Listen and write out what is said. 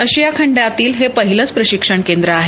आशिया खंडातील हे पहिलंच प्रशिक्षण केंद्र आहे